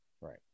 Right